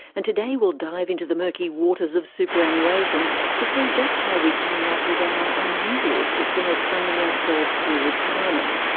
and today we'll dive into the murky waters of superannuation to see just how we came up with our unusual system of funding ourselves through retirement.